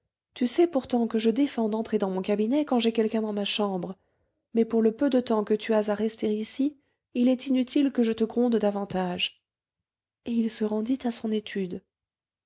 tu sais pourtant que je défends d'entrer dans mon cabinet quand j'ai quelqu'un dans ma chambre mais pour le peu de temps que tu as à rester ici il est inutile que je te gronde davantage et il se rendit à son étude